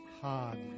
hard